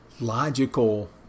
logical